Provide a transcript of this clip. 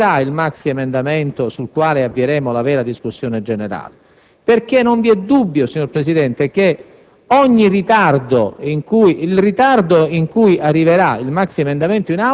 come interpretare questo atteggiamento e, conseguentemente, quando arriverà il maxiemendamento sul quale si avvierà la vera discussione generale. Non vi è dubbio, infatti, signor Presidente, che